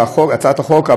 להצעת החוק,